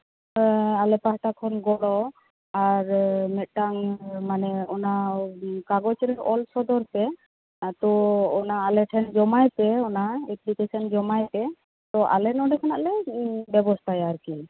ᱟᱞᱮ ᱯᱟᱦᱴᱟ ᱠᱷᱚᱱ ᱜᱚᱲᱚ ᱟᱨ ᱢᱤᱫᱴᱟᱝ ᱢᱟᱱᱮ ᱚᱱᱟ ᱠᱟᱜᱚᱡᱽ ᱨᱮ ᱚᱞ ᱥᱚᱫᱚᱨ ᱯᱮ ᱟᱫᱚ ᱚᱱᱟ ᱟᱞᱮ ᱴᱷᱮᱱ ᱡᱚᱢᱟᱭ ᱯᱮ ᱚᱱᱟ ᱮᱯᱞᱤᱠᱮᱥᱮᱱ ᱡᱚᱢᱟᱭ ᱯᱮ ᱛᱚ ᱟᱞᱮ ᱱᱚᱸᱰᱮ ᱠᱷᱚᱱᱟᱜ ᱞᱮ ᱵᱮᱵᱚᱥᱛᱟᱭᱟ ᱟᱨᱠᱤ